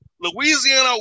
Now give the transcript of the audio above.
Louisiana